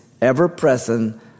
ever-present